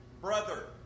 brother